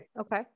Okay